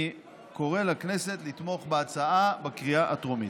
אני קורא לכנסת לתמוך בהצעה בקריאה הטרומית.